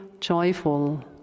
joyful